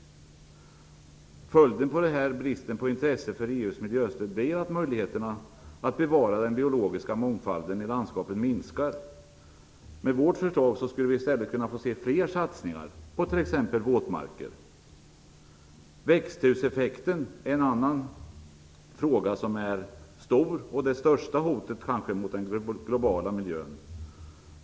Följden av denna brist på intresse för EU:s miljöstöd är ju att möjligheterna att bevara den biologiska mångfalden i landskapen minskar. Med vårt förslag skulle det i stället bli fler satsningar, t.ex. på våtmarker. Växthuseffekten är en annan stor fråga. Den är kanske det största hotet mot den globala miljön.